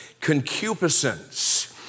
concupiscence